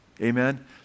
amen